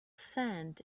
sand